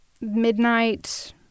Midnight